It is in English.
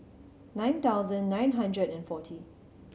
nine thousand nine hundred and forty